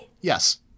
yes